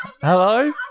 Hello